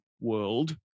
world